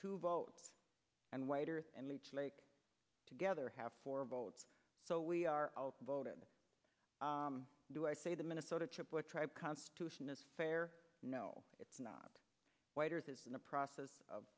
to vote and whiter and leech lake together have four votes so we are voting do i say the minnesota triple a tribe constitution is fair no it's not in the process of